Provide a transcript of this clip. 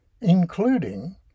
including